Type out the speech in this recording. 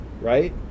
right